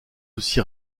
aussi